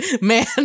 man